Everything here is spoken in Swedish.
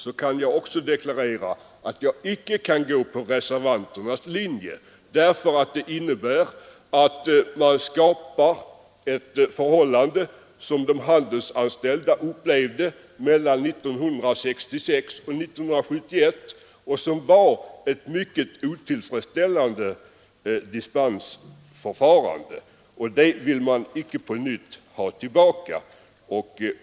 Men jag vill också deklarera att jag, om detta yrkande skulle falla, icke kan följa reservanternas linje, eftersom det innebär att man återgår till ett förhållande som de handelsanställda upplevde mellan 1966 och 1971, med ett mycket otillfredsställande dispensförfarande.